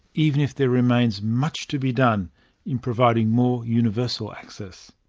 even if there remains much to be done in providing more universal access.